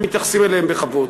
שמתייחסים אליהם בכבוד.